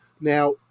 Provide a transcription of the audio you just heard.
Now